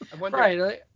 Right